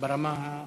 ברמה ה-?